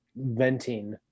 venting